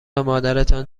مادرتان